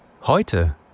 Heute